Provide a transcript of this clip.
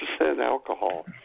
alcohol